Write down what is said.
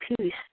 peace